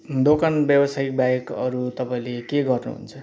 दोकान व्यवसायबाहेक अरू तपाईँले के गर्नुहुन्छ